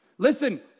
Listen